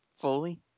fully